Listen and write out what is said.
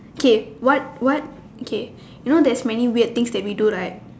okay what what okay you know there is many weird things that we do right